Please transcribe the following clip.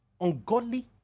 ungodly